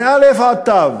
מ-א' עד ת'